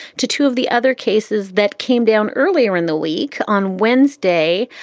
to two of the other cases that came down earlier in the week on wednesday,